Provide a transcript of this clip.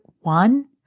one